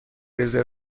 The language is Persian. رزرو